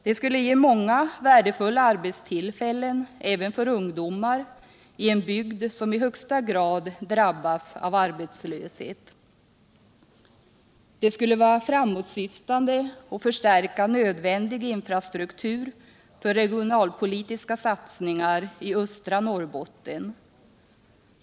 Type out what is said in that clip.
Det skulle ge många värdefulla arbetstillfällen även för ungdomar i en bygd, som i högsta grad drabbats av arbetslöshet. Det skulle vara framåtsyftande och förstärka nödvändig infrastruktur för regionalpolitiska satsningar i östra Norrbotten.